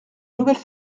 nouvelle